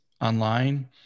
online